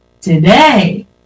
today